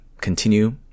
continue